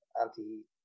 anti